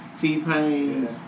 T-Pain